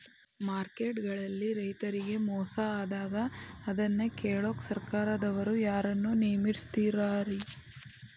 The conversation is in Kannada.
ಮಾರ್ಕೆಟ್ ಗಳಲ್ಲಿ ರೈತರಿಗೆ ಮೋಸ ಆದಾಗ ಅದನ್ನ ಕೇಳಾಕ್ ಸರಕಾರದವರು ಯಾರನ್ನಾ ನೇಮಿಸಿರ್ತಾರಿ?